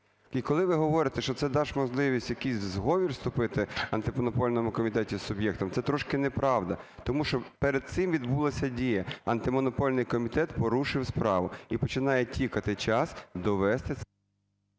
І коли ви говорите, що це дасть можливість в якийсь зговір вступити Антимонопольному комітету з суб'єктом, це трошки неправда. Тому що перед цим відбулася дія, Антимонопольний комітет порушив справу, і починає тікати час довести